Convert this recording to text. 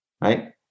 right